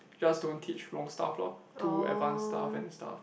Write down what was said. just don't teach wrong stuff lor too advanced stuff and stuff